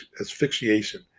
asphyxiation